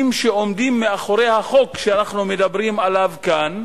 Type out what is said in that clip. שעומדים מאחורי החוק שאנחנו מדברים עליו כאן,